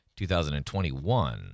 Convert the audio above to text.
2021